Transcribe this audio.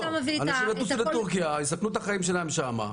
אנשים יטוסו לטורקיה ויסכנו את החיים שלהם שם.